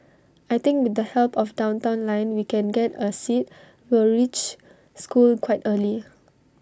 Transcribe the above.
I think with the help of downtown line we can get A seat we'll reach school quite early